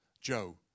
Joe